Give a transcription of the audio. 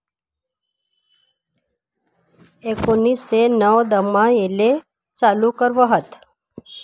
एकोनिससे नव्वदमा येले चालू कर व्हत